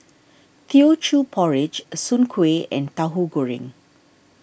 Teochew Porridge Soon Kway and Tahu Goreng